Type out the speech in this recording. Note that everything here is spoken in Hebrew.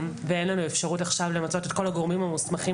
ואין לנו אפשרות עכשיו למצות את כל הגורמים המוסמכים